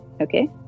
Okay